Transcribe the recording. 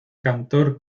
cantor